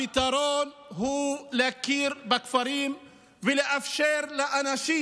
הפתרון הוא להכיר בכפרים ולאפשר לאנשים